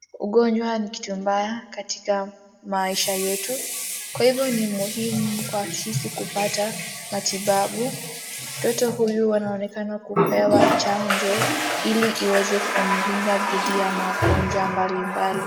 Ugonjwa ni kitu mbaya katika maisha yetu kwa hivyo ni muhimu kwa sisi kupata matibabu. Mtoto huyu anaonekana kupewa chanjo ili iweze kumlinda dhidi ya magonjwa mbalimbali.